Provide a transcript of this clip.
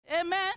amen